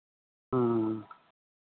ह्म्म